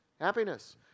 happiness